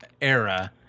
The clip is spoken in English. era